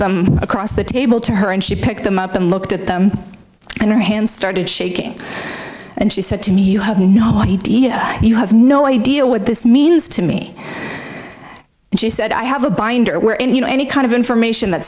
them across the table to her and she picked them up and looked at them and her hands started shaking and she said to me you have no idea you have no idea what this means to me and she said i have a binder where in you know any kind of information that